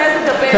תתבייש לך.